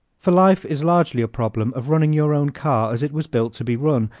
for life is largely a problem of running your own car as it was built to be run,